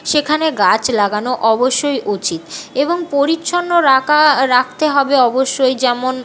সেখানে গাচ লাগানো অবশ্যই উচিত এবং পরিচ্ছন্ন রাখা রাখতে হবে অবশ্যই যেমন